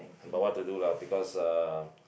uh but what to do lah because uh